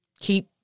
keep